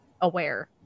aware